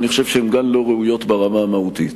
ואני חושב שהן גם לא ראויות ברמה המהותית.